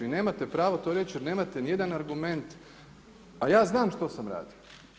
Vi nemate pravo to reći, jer nemate ni jedan argument, a ja znam što sam radio.